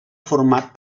format